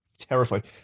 Terrified